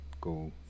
go